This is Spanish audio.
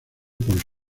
por